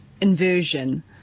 inversion